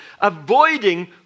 Avoiding